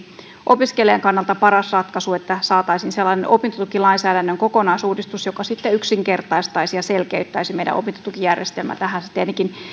opiskelijan kannalta paras ratkaisu että saataisiin sellainen opintotukilainsäädännön kokonaisuudistus joka sitten yksinkertaistaisi ja selkeyttäisi meidän opintotukijärjestelmää tietenkin